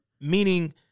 Meaning